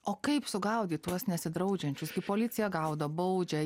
o kaip sugaudyt tuos nesidraudžiančius gi policija gaudo baudžia